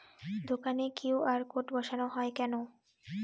দোকানে QR code বসানো হয় কেন?